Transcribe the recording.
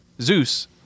Zeus